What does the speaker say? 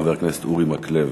חבר הכנסת אורי מקלב.